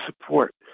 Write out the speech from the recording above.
support